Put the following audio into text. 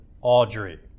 Audrey